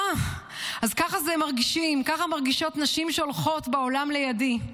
אה, אז ככה מרגישות נשים שהולכות בעולם לידי?